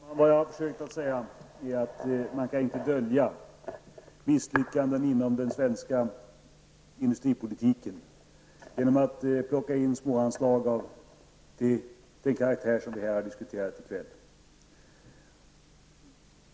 Herr talman! Det jag har försökt att säga är att man inte kan dölja misslyckanden inom den svenska industripolitiken genom att plocka in småanslag av den karaktär som vi har diskuterat i kväll.